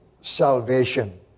salvation